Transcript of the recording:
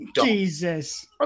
Jesus